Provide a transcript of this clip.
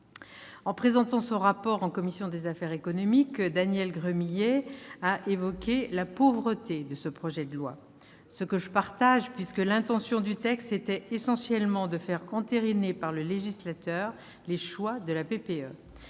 En présentant son rapport en commission des affaires économiques, Daniel Gremillet a évoqué la pauvreté de ce projet de loi. Je partage ce constat, l'intention du texte étant essentiellement de faire entériner par le législateur les choix de la PPE.